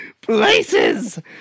places